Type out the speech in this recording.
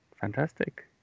fantastic